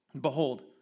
Behold